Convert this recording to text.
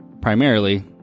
primarily